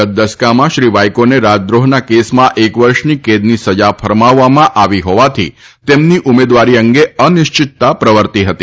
ગત દસકામાં શ્રી વાઈકોને રાજદ્રોહના કેસમાં એક વર્ષ કેદની સજા ફરમાવવામાં આવી હોવાથી તેમની ઉમેદવારી અંગે અનિશ્ચિતતા પ્રવર્તતી હતી